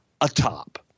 atop